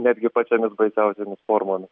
netgi pačiomis baisiausiomis formomis